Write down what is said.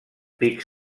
pics